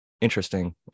interesting